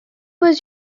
was